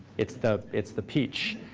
it's the it's the peach.